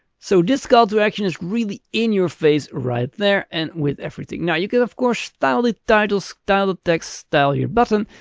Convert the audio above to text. so this call to action is really in your face right there and with everything. now you can of course style the title, style the texts, style your button.